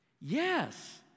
Yes